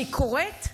אני קוראת,